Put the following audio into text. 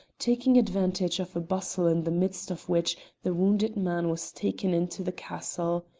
taking advantage of a bustle in the midst of which the wounded man was taken into the castle.